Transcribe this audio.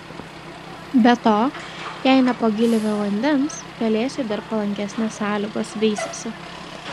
be to jei nepagailime vandens pelėsiui dar palankesnės sąlygos veisiasi